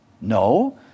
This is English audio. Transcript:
No